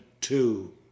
two